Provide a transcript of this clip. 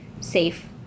safe